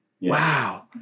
Wow